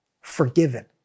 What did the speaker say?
forgiven